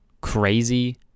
crazy